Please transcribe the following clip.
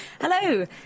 Hello